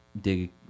dig